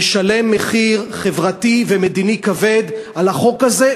נשלם מחיר חברתי ומדיני כבד על החוק הזה,